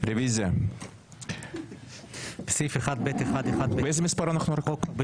הצבעה לא אושר.